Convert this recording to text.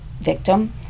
victim